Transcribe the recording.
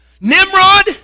Nimrod